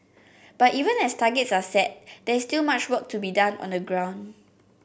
but even as targets are set there is still much work to be done on the ground